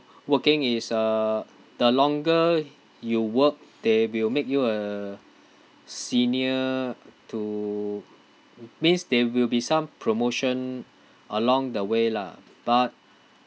working is uh the longer you work they will make you a senior to means there will be some promotion along the way lah but